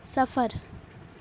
سفر